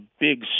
big